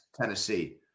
Tennessee